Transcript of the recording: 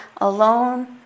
alone